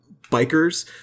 bikers